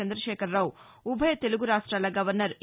చంద్రశేఖరరావు ఉభయ తెలుగు రాష్టాల గవర్నర్ ఇ